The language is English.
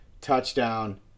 touchdown